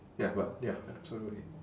ya but ya totally